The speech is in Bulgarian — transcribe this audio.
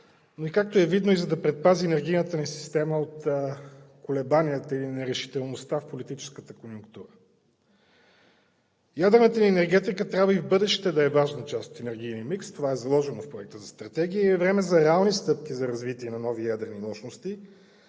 но и както е видно, за да предпази енергийната ни система от колебанията и нерешителността в политическата конюнктура. Ядрената енергетика трябва и в бъдеще да е важна част от енергийния микс – това е заложено в Проекта за стратегия, и е време за реални стъпки за развитие на нови ядрени мощности